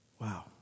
Wow